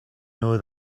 know